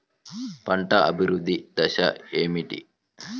పంట అభివృద్ధి దశలు ఏమిటి?